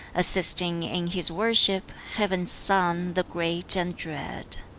assisting in his worship heaven's son, the great and dread.